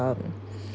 um